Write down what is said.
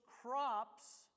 crops